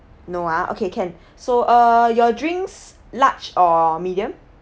no ah okay can so uh your drinks large or medium